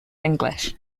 english